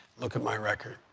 look at my record.